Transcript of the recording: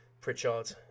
Pritchard